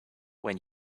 when